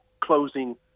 closing